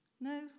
No